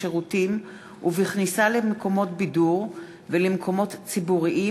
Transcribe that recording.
בשירותים ובכניסה למקומות בידור ולמקומות ציבוריים